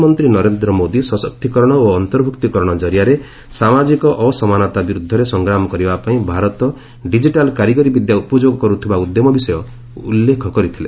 ପ୍ରଧାନମନ୍ତ୍ରୀ ନରେନ୍ଦ୍ର ମୋଦୀ ସଶକ୍ତିକରଣ ଓ ଅନ୍ତର୍ଭୁକ୍ତିକରଣ ଜରିଆରେ ସାମାଜିକ ଅସମାନତା ବିରୁଦ୍ଧରେ ସଂଗ୍ରାମ କରିବା ପାଇଁ ଭାରତ ଡିଜିଟାଲ୍ କାରିଗରି ବିଦ୍ୟା ଉପଯୋଗ କରୁଥିବା ଉଦ୍ୟମ ବିଷୟ ଉଲ୍ଲେଖ କରିଥିଲେ